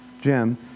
Jim